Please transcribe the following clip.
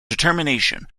determination